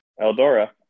Eldora